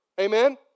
amen